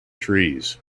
trees